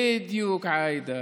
בדיוק, עאידה.